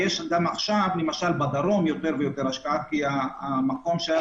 יש עכשיו למשל בדרום יותר השקעה, כי היו שם